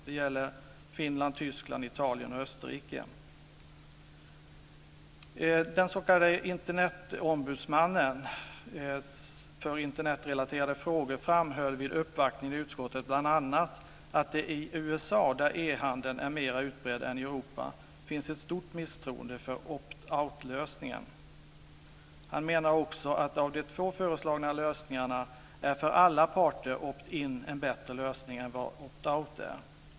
Det gäller Finland, Tyskland, Italien och Den s.k. Internetombudsmannen, talesmannen i konsumentorganisationen för Internetrelaterade frågor, framhöll vid uppvaktningen i utskottet bl.a. att det i USA, där e-handeln är mera utbredd än i Europa, finns ett stort misstroende mot opt-out-lösningen. Han menade också att av de två föreslagna lösningarna är opt-in en för alla parter bättre lösning än vad opt-out är.